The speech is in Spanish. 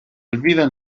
olvida